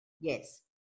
yes